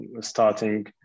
starting